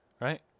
Right